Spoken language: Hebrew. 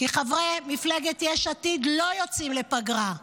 כי חברי מפלגת יש עתיד לא יוצאים לפגרה.